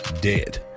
dead